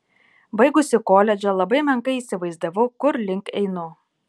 baigusi koledžą labai menkai įsivaizdavau kur link einu